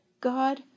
God